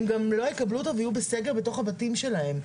הם גם לא יקבלו אותו ויהיו בסגר בתוך הבתים שלהם.